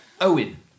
Owen